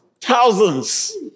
thousands